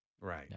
Right